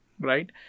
right